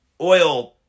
oil